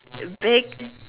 big